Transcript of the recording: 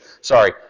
Sorry